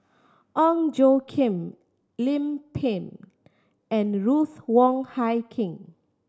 Ong Tjoe Kim Lim Pin and Ruth Wong Hie King